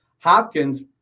Hopkins